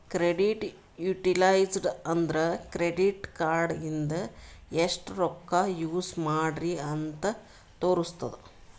credit utilised ಅಂದುರ್ credit card ಇಂದ ಎಸ್ಟ್ ರೊಕ್ಕಾ ಯೂಸ್ ಮಾಡ್ರಿ ಅಂತ್ ತೋರುಸ್ತುದ್